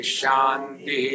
Shanti